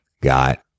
got